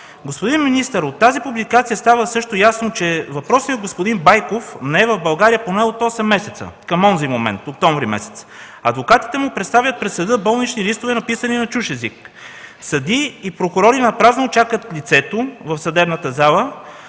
Господин министър, от тази публикация става ясно също, че въпросният господин Байков не е в България поне от 8 месеца към онзи момент през месец октомври. Адвокатите му представят пред съда болнични листове, написани на чужд език, съдии и прокурори чакат лицето в съдебната зала